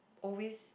always